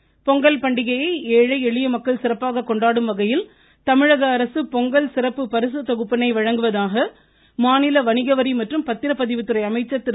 வீரமணி பொங்கல் பண்டிகயை ஏழை எளிய மக்கள் சிறப்பாக கொண்டாடும்வகையில் தமிழகஅரசு பொங்கல் சிறப்பு பரிசு தொகுப்பினை வழங்குவதாக மாநில வணிகவரி மற்றும் பத்திரப்பதிவுத்துறை அமைச்சர் திரு